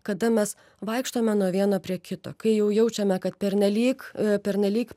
kada mes vaikštome nuo vieno prie kito kai jau jaučiame kad pernelyg pernelyg